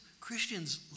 Christians